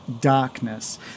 darkness